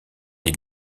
les